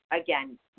Again